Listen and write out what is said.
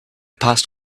passed